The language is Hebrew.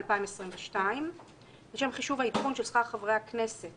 עדכון השכר3.לשם חישוב העדכון של שכר חברי הכנסת